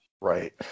Right